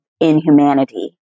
inhumanity